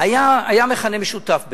היה מכנה משותף בינינו.